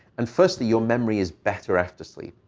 and firstly, your memory is better after sleep.